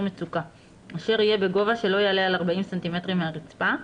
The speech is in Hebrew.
מצוקה אשר יהיה בגובה שלא יעלה על 40 סנטימטרים מהרצפה,